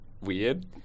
weird